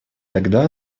тогда